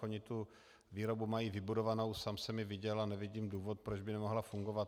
Oni tu výrobu mají vybudovanou, sám jsem ji viděl a nevidím důvod, proč by nemohla fungovat.